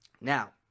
Now